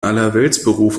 allerweltsberuf